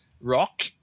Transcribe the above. rock